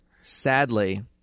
Sadly